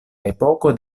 epoko